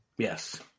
Yes